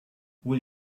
will